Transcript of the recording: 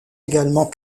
également